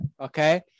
okay